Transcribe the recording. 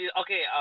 Okay